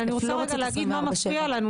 אבל אני רוצה רגע להגיד מה מפריע לנו,